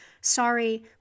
Sorry